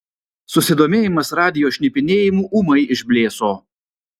susidomėjimas radijo šnipinėjimu ūmai išblėso